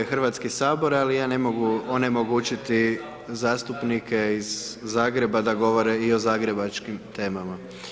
Ovo je Hrvatski sabor, ali ja ne mogu onemogućiti zastupnike iz Zagreba da govore i o zagrebačkim temama.